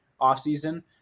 offseason